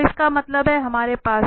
तो इसका मतलब है हमारे पास है